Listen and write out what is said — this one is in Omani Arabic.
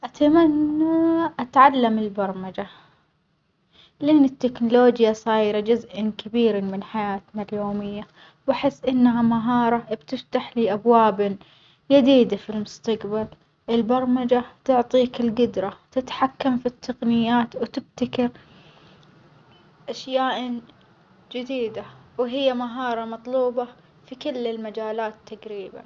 أتمنى أتعلم البرمجة، لأن التكنولوجيا صايرة جزء كبير من حياتنا اليومية وأحس إنها مهارة بتفتحلي أبواب يديدة في المستجبل، البرمجة تعطيك الجدرة تتحكم في التقنيات وتبتكر أشياء جديدة وهي مهارة مطلوبة في كل المجالات تجريبًا.